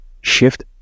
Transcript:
shift